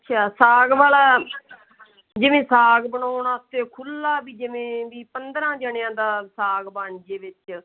ਅੱਛਾ ਸਾਗ ਵਾਲਾ ਜਿਵੇਂ ਸਾਗ ਬਣਾਉਣ ਵਾਸਤੇ ਖੁੱਲ੍ਹਾ ਬਈ ਜਿਵੇਂ ਵੀ ਪੰਦਰਾਂ ਜਣਿਆਂ ਦਾ ਸਾਗ ਬਣ ਜੇ ਵਿੱਚ